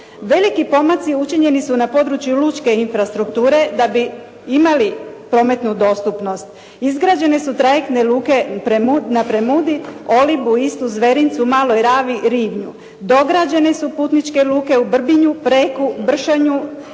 Veliki otoci učinjeni su na području lučke infrastrukture da bi imali prometnu dostupnost. Izgrađene su trajektne luke na Premudi, Olibu, Istu, Zverincu, Maloj ravi, Rivnju. Dograđene su putničke luke u Brbinju, Preku, Bršanju,